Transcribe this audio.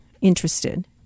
interested